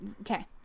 Okay